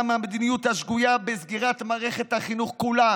מהמדיניות השגויה בסגירת מערכת החינוך כולה